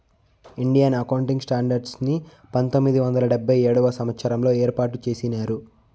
Indian accounting standards ని పంతొమ్మిది వందల డెబ్భై ఏడవ సంవచ్చరంలో ఏర్పాటు చేసినారు